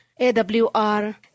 AWR